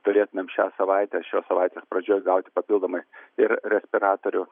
turėtumėm šią savaitę šios savaitės pradžioj gauti papildomai ir respiratorių